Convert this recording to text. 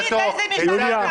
תגיד לאיזה משטרה אתה מאמין.